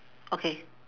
okay